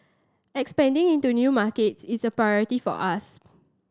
expanding into new markets is a priority for us